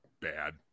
bad